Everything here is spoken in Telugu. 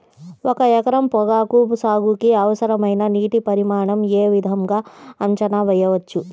ఒక ఎకరం పొగాకు సాగుకి అవసరమైన నీటి పరిమాణం యే విధంగా అంచనా వేయవచ్చు?